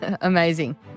Amazing